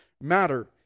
matter